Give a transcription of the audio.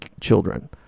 children